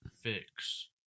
fix